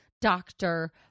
doctor